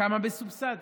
כמה מסובסד?